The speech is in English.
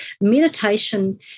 meditation